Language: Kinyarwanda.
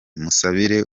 musabira